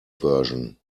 version